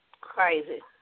Crazy